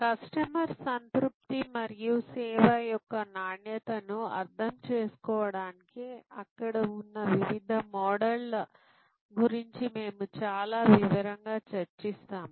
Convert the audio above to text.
customer సంతృప్తి మరియు సేవ యొక్క నాణ్యతను అర్థం చేసుకోవడానికి అక్కడ ఉన్న వివిధ మోడళ్ల గురించి మేము చాలా వివరంగా చర్చిస్తాము